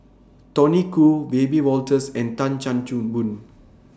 Tony Khoo Wiebe Wolters and Tan Chan Boon